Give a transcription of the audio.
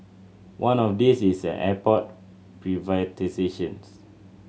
one of these is airport privatisations